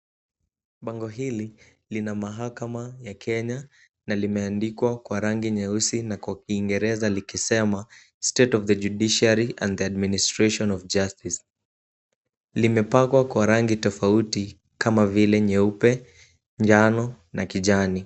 Bango hili lina mahakama ya Kenya na limeandikwa kwa rangi nyeusi na kwa Kingereza likisema state of the judiciary and the administration of justice . Limepangwa kwa rangi tofauti kama vile; nyeupe, njano na kijani.